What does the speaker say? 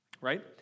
Right